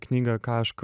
knygą ką aš